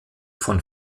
von